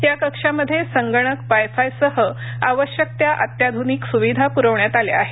या कक्षामध्ये संगणक वाय फाय सह आवश्यक त्या अत्याधुनिक सुविधा पुरवण्यात आल्या आहेत